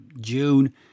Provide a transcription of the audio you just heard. June